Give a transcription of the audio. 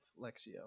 Lexio